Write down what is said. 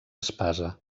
espasa